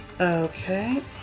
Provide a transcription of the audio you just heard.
Okay